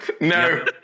No